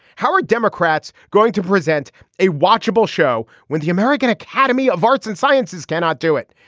how are democrats going to present a watchable show when the american academy of arts and sciences cannot do it.